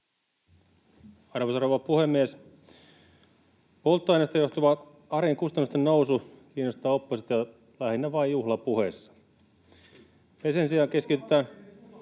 Arvoisa rouva puhemies! Polttoaineesta johtuva arjen kustannusten nousu kiinnostaa oppositiota lähinnä vain juhlapuheissa. [Antti Kurvinen: